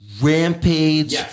Rampage